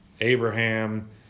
Abraham